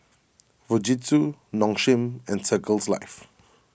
Fujitsu Nong Shim and Circles Life